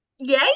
yay